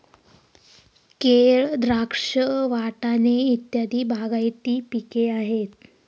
केळ, द्राक्ष, वाटाणे इत्यादी बागायती पिके आहेत